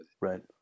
right